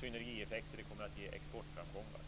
synergieffekter. Det kommer att ge exportframgångar.